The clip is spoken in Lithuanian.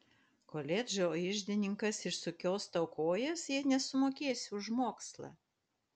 koledžo iždininkas išsukios tau kojas jei nesumokėsi už mokslą